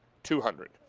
two hundred.